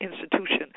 institution